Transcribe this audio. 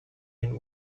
den